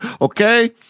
Okay